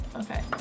Okay